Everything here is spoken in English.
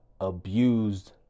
abused